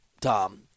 Tom